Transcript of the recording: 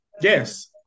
Yes